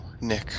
nick